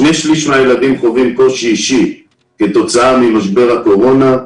שני שליש מהילדים חווים קושי אישי כתוצאה ממשבר הקורונה,